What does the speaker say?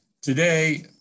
Today